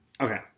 Okay